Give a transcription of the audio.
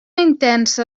intensa